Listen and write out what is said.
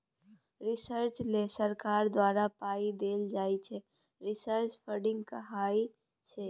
research लेल जे सरकार द्वारा पाइ देल जाइ छै रिसर्च फंडिंग कहाइ छै